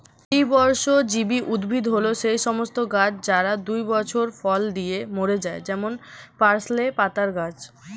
দ্বিবর্ষজীবী উদ্ভিদ হল সেই সমস্ত গাছ যারা দুই বছর ফল দিয়ে মরে যায় যেমন পার্সলে পাতার গাছ